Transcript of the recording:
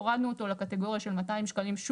הורדנו אותו לקטגוריה של 200 שקלים.